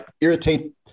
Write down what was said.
irritate